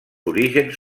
orígens